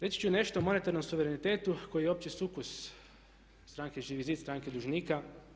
Reći ću nešto o monetarnom suverenitetu koji je uopće sukus stranke Živi zid, stranke dužnika.